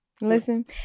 Listen